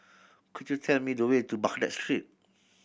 could you tell me the way to Baghdad Street